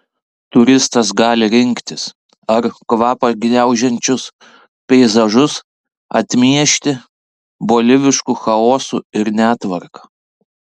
turistas gali rinktis ar kvapą gniaužiančius peizažus atmiešti bolivišku chaosu ir netvarka